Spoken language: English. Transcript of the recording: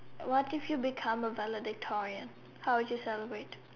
what if you become a valedictorian how would you celebrate